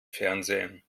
fernsehen